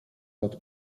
lot